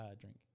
drink